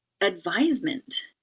advisement